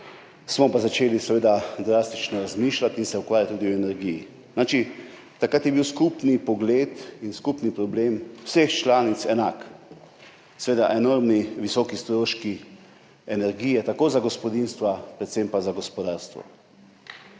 smo pa začeli seveda drastično razmišljati in se ukvarjati tudi z energijo. Takrat je bil skupni pogled in skupni problem vseh članic enak, seveda enormni visoki stroški energije za gospodinjstva, predvsem pa za gospodarstvo.